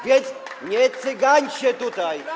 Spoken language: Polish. Więc nie cygańcie tutaj.